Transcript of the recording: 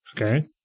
Okay